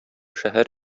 шәһәр